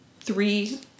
three